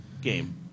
game